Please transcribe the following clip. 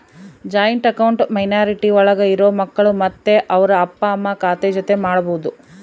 joint account minority ಒಳಗ ಇರೋ ಮಕ್ಕಳು ಮತ್ತೆ ಅವ್ರ ಅಪ್ಪ ಅಮ್ಮ ಖಾತೆ ಜೊತೆ ಮಾಡ್ಬೋದು